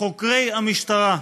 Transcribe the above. חוקרי המשטרה,